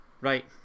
Right